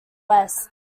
west